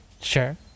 Sure